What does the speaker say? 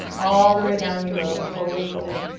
all the way down you go. forward fold.